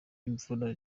imvura